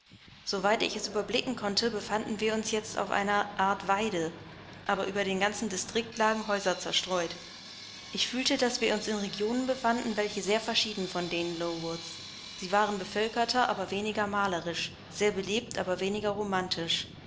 weit ich es überblicken konnte befanden wir uns jetzt auf einer art weide aber über den ganzen distrikt lagen häuser zerstreut ich fühlte daß wir uns in regionen befanden welche sehr verschieden von denen lowoods sie waren bevölkerter aber weniger malerisch sehr belebt aber weniger romantisch